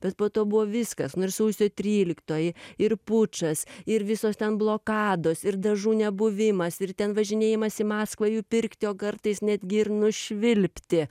bet po to buvo viskas nu ir sausio tryliktoji ir pučas ir visos ten blokados ir dažų nebuvimas ir ten važinėjimas į maskvą jų pirkti o kartais netgi ir nušvilpti